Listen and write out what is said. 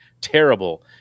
terrible